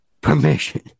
permission